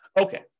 Okay